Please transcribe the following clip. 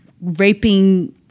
raping